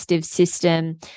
system